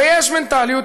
ויש מנטליות,